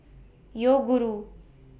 Yoguru